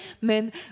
men